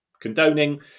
condoning